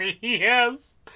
Yes